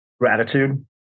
gratitude